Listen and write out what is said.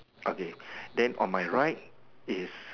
okay then on my right is